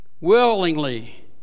Willingly